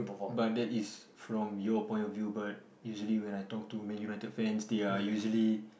but that is from your point of view but usually when I talk to Man United fans they are usually